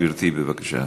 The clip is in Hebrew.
גברתי,